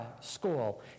School